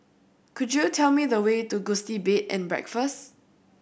could you tell me the way to Gusti Bed and Breakfast